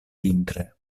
vintre